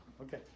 Okay